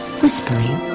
whispering